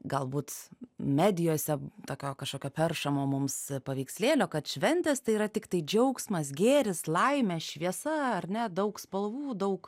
galbūt medijose tokio kažkokio peršamo mums paveikslėlio kad šventės tai yra tiktai džiaugsmas gėris laimė šviesa ar ne daug spalvų daug